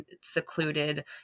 secluded